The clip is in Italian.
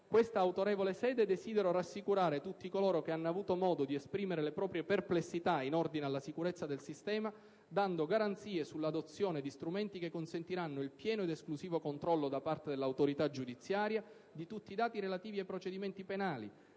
questa autorevole sede desidero rassicurare tutti coloro che hanno avuto modo di esprimere le proprie perplessità in ordine alla sicurezza del sistema, dando garanzie sull'adozione di strumenti che consentiranno il pieno ed esclusivo controllo da parte dell'autorità giudiziaria di tutti i dati relativi ai procedimenti penali,